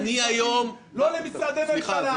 לא למשרדי ממשלה,